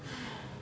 !hais!